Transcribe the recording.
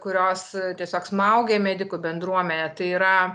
kurios tiesiog smaugia medikų bendruomenę tai yra